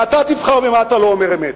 ואתה תבחר במה אתה לא אומר אמת.